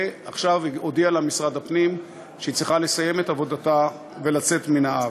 ועכשיו הודיע לה משרד הפנים שהיא צריכה לסיים את עבודתה ולצאת מן הארץ.